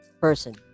person